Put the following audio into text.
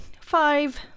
five